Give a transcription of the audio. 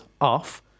off